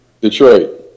Detroit